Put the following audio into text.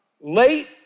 late